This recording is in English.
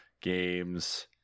games